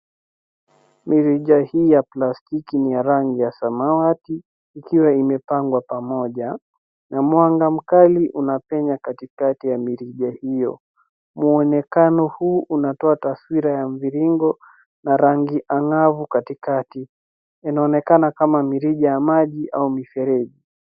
Mirija hii ya plastiki ni ya rangi ya samawati ikiwa imepangwa pamoja na mwanga mkali unapenya katikati ya mirija hio. Mwonekano huu unatoa taswira ya mviringo na rangi angavu katikati. Inaonekana kama mirija ya maji au mifereji.